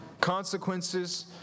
consequences